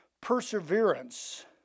perseverance